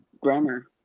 Grammar